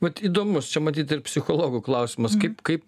vat įdomus čia matyt ir psichologų klausimas kaip kaip